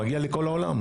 מגיע לכל העולם.